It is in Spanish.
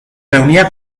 reunía